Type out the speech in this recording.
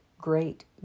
great